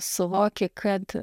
suvoki kad